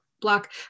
block